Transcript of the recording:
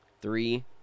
Three